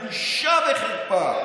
"בושה וחרפה.